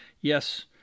Yes